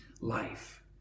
life